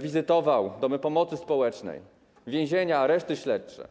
wizytował domy pomocy społecznej, więzienia, areszty śledcze.